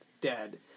dead